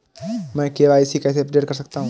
मैं के.वाई.सी कैसे अपडेट कर सकता हूं?